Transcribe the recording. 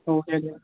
आव दे दे